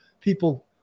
people